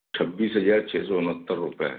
छब्बीस हज़ार छः सौ उनहत्तर रुपये